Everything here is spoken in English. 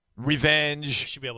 revenge